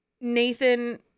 Nathan